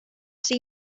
see